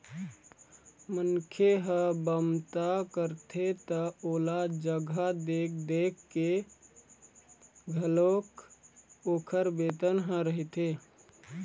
मनखे ह बमता करथे त ओला जघा देख देख के घलोक ओखर बेतन ह रहिथे